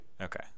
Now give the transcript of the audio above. Okay